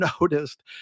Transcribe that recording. noticed